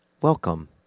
Welcome